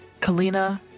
Kalina